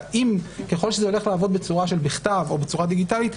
והאם ככל שזה הולך לעבוד בצורה של בכתב או בצורה דיגיטלית,